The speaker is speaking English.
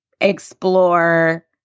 explore